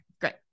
Great